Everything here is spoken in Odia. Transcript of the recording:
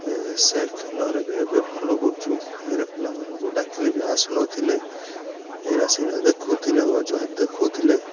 ଆମେ ସେ ଖେଳରେ ବି ଏବେ ଭଲ କରୁଛୁ ଆରେ ପିଲାମାନଙ୍କୁ ଡାକିଲେ ବି ଆସୁନଥିଲେ ଏଇରା ଦେଖୁଥିଲେ ଅଯାତ ଦେଖୁଥିଲେ